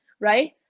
right